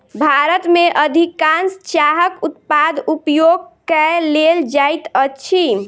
भारत में अधिकाँश चाहक उत्पाद उपयोग कय लेल जाइत अछि